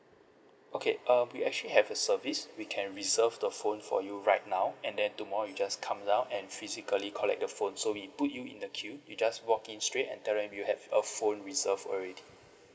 okay uh we actually have a service we can reserve the phone for you right now and then tomorrow you just come down and physically collect the phone so we put you in the queue you just walk in straight and tell them you have a phone reserved already